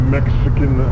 Mexican